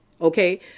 Okay